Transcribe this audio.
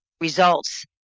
results